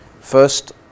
First